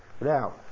Now